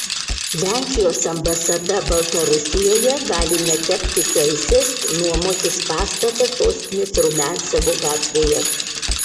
lenkijos ambasada baltarusijoje gali netekti teisės nuomotis pastatą sostinės rumiancevo gatvėje